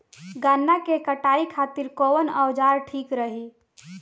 गन्ना के कटाई खातिर कवन औजार ठीक रही?